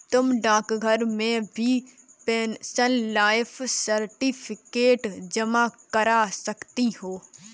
तुम डाकघर में भी पेंशनर लाइफ सर्टिफिकेट जमा करा सकती हो